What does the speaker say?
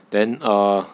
then err